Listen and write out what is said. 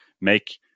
make